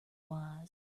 wise